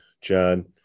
John